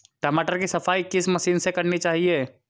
टमाटर की सफाई किस मशीन से करनी चाहिए?